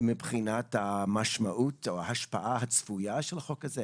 מבחינת המשמעות או ההשפעה הצפויה של החוק הזה,